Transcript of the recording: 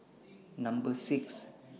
Number six